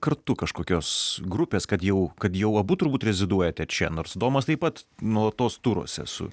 kartu kažkokios grupės kad jau kad jau abu turbūt reziduojate čia nors domas taip pat nuolatos turuose su